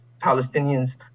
Palestinians